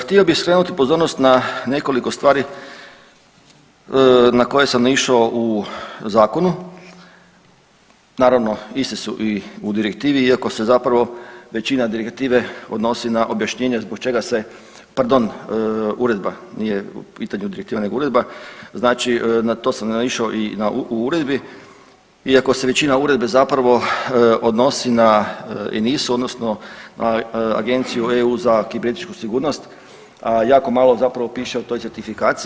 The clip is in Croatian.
Htio bih skrenuti pozornost na nekoliko stvari na koje sam naišao u zakonu, naravno iste su i u direktivi iako se zapravo većina direktive odnosi na objašnjenje zbog čega se pardon, uredba nije u pitanju direktiva nego uredba, znači na to sam naišao i u uredbi iako se većina uredbe zapravo odnosi na ENISA-u odnosno na Agenciju EU za kibernetičku sigurnost, a jako malo zapravo piše o toj certifikaciji.